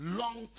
long